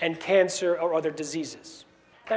and cancer or other diseases tha